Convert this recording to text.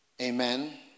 amen